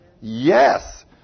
Yes